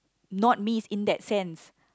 not me is in that sense